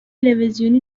تلویزیونی